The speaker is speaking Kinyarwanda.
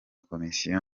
komisiyo